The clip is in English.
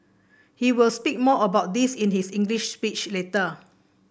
he will speak more about this in his English speech later